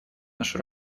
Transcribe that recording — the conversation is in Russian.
нашу